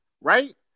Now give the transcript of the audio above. right